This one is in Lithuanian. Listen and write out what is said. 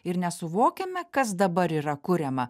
ir nesuvokiame kas dabar yra kuriama